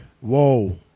Whoa